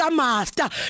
master